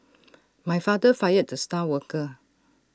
my father fired the star worker